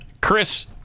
Chris